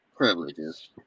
privileges